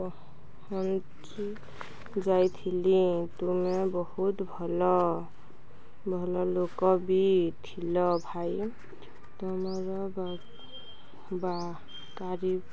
ପହଞ୍ଚି ଯାଇଥିଲି ତୁମେ ବହୁତ ଭଲ ଭଲ ଲୋକ ବି ଥିଲ ଭାଇ ତୁମର